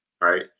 right